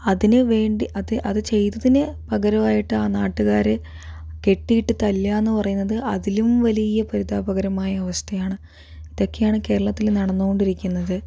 അതിന് വേണ്ടി അത് ചെയ്തതിന് പകരമായിട്ട് ആ നാട്ടുകാര് കെട്ടിയിട്ട് തല്ലുക എന്ന് പറയുന്നത് അതിലും വലിയ പരിതാപകരമായ അവസ്ഥയാണ് ഇതൊക്കെയാണ് കേരളത്തിൽ നടന്ന് കൊണ്ടിരിക്കുന്നത്